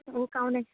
ओ काम नहि